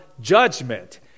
judgment